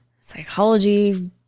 psychology